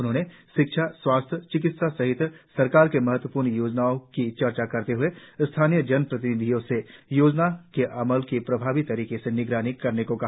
उन्होंने शिक्षा स्वास्थ्य चिकित्सा सहित सरकार की महत्वपूर्ण योजनाओं की चर्चा करते हए स्थानीय जनप्रतिनिधियों से योजनाओं के अमल की प्रभावी तरीके से निगरानी करने को कहा